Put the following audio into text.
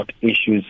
issues